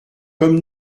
comme